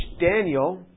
Daniel